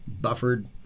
buffered